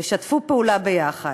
תשתפו פעולה, ביחד.